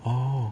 oh